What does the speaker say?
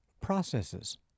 processes